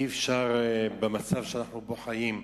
אי-אפשר היום, במצב שאנחנו חיים בו,